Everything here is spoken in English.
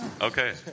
Okay